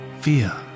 fear